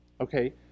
okay